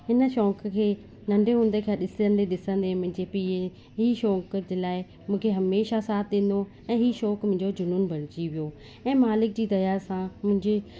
हिन शौक़ खे नंढे हूंदे खां ॾिसंदे ॾिसंदे मुंहिंजे पीउ हीअ शौक़ जे लाइ मुखे हमेशह साथ ॾिञो ऐं हीउ शौक़ मुंहिंजो जुनून बणजी वियो ऐं मालिक जी दया सां मुंहिंजी